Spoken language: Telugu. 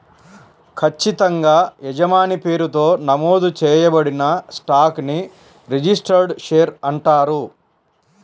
ఖచ్చితంగా యజమాని పేరుతో నమోదు చేయబడిన స్టాక్ ని రిజిస్టర్డ్ షేర్ అంటారు